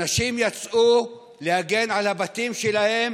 אנשים יצאו להגן על הבתים שלהם.